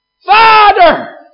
Father